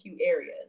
area